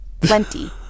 plenty